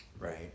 Right